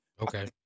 Okay